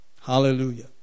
Hallelujah